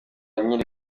nyiri